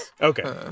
Okay